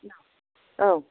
औ